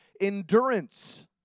endurance